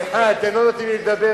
סליחה, אתם לא נותנים לי לדבר.